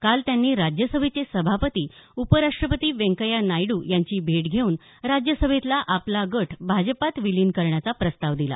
काल त्यांनी राज्यसभेचे सभापती उपराष्टपती व्यंकय्या नायड्र यांची भेट घेऊन राज्यसभेतला आपला गट भाजपात विलीन करण्याचा प्रस्ताव दिला